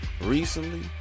recently